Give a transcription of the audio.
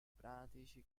pratici